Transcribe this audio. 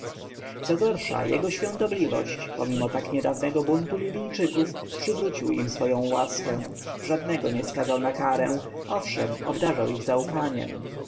gorsza jego świątobliwość pomimo tak niedawnego buntu libijczyków przywrócił im swoją łaskę żadnego nie skazał na karę owszem obdarzał ich zaufaniem